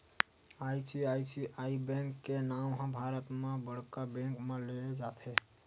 ICICI bank के नांव ह भारत म बड़का बेंक म लेय जाथे